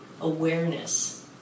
awareness